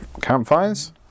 Campfires